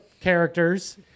characters